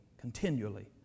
continually